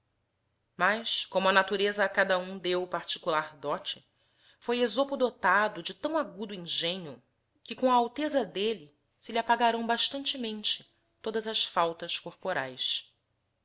mas como a natureza a cada hum deo particular dote foi esopo dotado de tão agudo engenho que com a alteza delle se lhe i apagarão baslanteniente todas as faltas corporaes